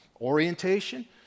Orientation